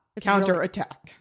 counterattack